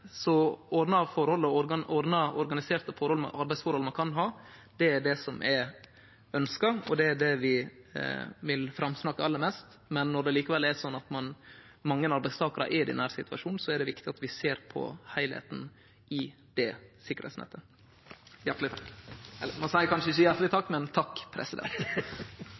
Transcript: som ein kan. Det er det vi vil framsnakke aller mest. Når det likevel er sånn at mange arbeidstakarar er i denne situasjonen, er det viktig at vi ser på heilskapen i det sikkerheitsnettet.